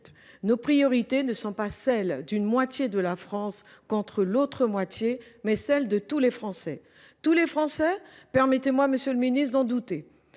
Nos priorités ne sont pas celles d’une moitié de la France contre l’autre moitié, mais celles de tous les Français. » Tous les Français ? Permettez moi d’en douter, monsieur le ministre. Comme